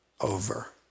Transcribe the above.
over